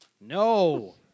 No